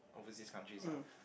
some overseas countries ah